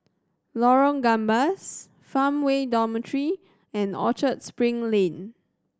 Lorong Gambas Farmway Dormitory and Orchard Spring Lane